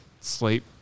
sleep